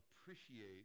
appreciate